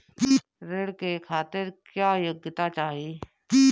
ऋण के खातिर क्या योग्यता चाहीं?